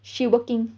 she working